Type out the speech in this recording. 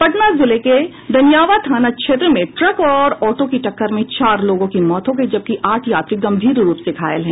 पटना जिले के दनियावां थाना क्षेत्र में ट्रक और ऑटो की टक्कर में चार लोगों की मौत हो गयी जबकि आठ यात्री गंभीर रूप से घायल हैं